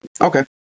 Okay